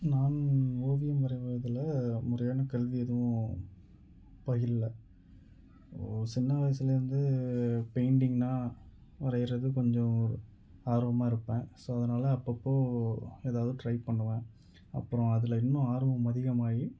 நான் ஓவியம் வரைவதில் முறையான கல்வி எதுவும் பயிலல சின்ன வயசுலேருந்து பெயிண்ட்டிங்குன்னா வரைகிறது கொஞ்சம் ஆர்வமாக இருப்பேன் ஸோ அதனால அப்பப்போ எதாவது ட்ரை பண்ணுவேன் அப்புறம் அதில் இன்னும் ஆர்வம் அதிகமாகி